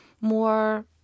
more